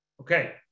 Okay